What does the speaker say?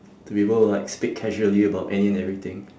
to be able to like speak casually about any and everything